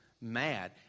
mad